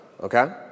okay